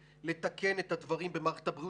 יש תקנות בכנסת שאמורות לעבור באישור השרים.